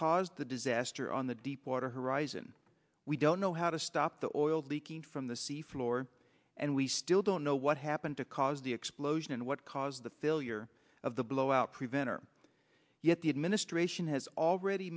caused the disaster on the deepwater horizon we don't know how to stop the oil leaking from the sea floor and we still don't know what happened to cause the explosion and what caused the failure of the blowout preventer yet the administration has already